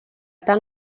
tant